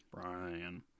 Brian